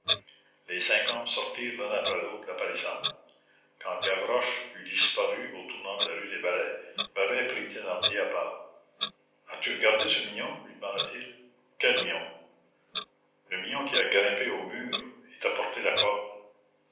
les cinq hommes sortirent l'un après l'autre de la palissade quand gavroche eut disparu au tournant de la rue des ballets babet prit thénardier à part as-tu regardé ce mion lui demanda-t-il quel mion le mion qui a grimpé au mur et t'a porté la corde